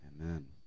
amen